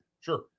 Sure